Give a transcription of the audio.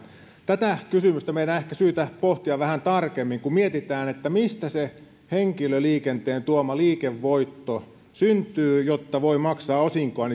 tätä kysymystä meidän on ehkä syytä pohtia vähän tarkemmin kun mietitään mistä se henkilöliikenteen tuoma liikevoitto syntyy jotta voi maksaa osinkoa